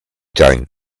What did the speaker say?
tuin